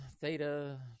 Theta